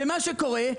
מה שקורה הוא,